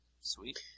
Sweet